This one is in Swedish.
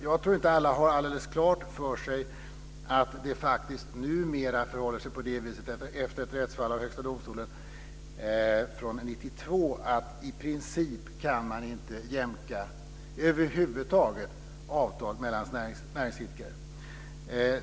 Jag tror inte att alla har alldeles klart för sig att det numera faktiskt förhåller sig så, efter ett rättsfall i Högsta domstolen 1992, att man i princip över huvud taget inte kan jämka avtal mellan näringsidkare.